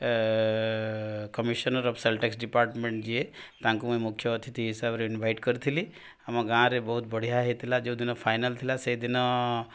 commissioner of sale tax department ଯିଏ ତାଙ୍କୁ ମୁଇଁ ମୁଖ୍ୟ ଅତିଥି ହିସାବ୍ରେ ଇନ୍ଭାଇଟ୍ କରିଥିଲି ଆମ ଗାଁରେ ବହୁତ୍ ବଢ଼ିଆ ହେଇଥିଲା ଯୋଉ ଦିନ ଫାଇନାଲ୍ ଥିଲା ସେଇଦିନ